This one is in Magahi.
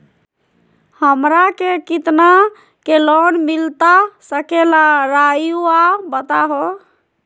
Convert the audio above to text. हमरा के कितना के लोन मिलता सके ला रायुआ बताहो?